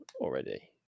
already